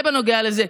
זה בנוגע לזה.